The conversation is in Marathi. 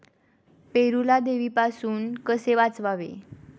पेरूला देवीपासून कसे वाचवावे?